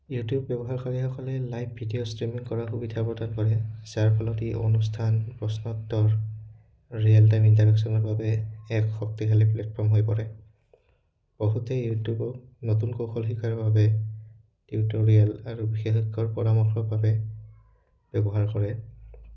YouTube ব্যৱহাৰকাৰীসকলে live video streaming কৰা সুবিধা প্ৰদান কৰে যাৰ ফলত ই অনুষ্ঠান প্ৰশ্নউত্তৰ ৰিয়েল টাইম ইণ্টাৰেকশ্যনৰ বাবে এক শক্তিশালী প্লেটফৰ্ম হৈ পৰে বহুতে ইউটিউবক নতুন কৌশল শিকাৰ বাবে ইউটিউব ৰিয়েল আৰু বিশেষজ্ঞৰ পৰামৰ্শৰ বাবে ব্যৱহাৰ কৰে